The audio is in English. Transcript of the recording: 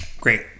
Great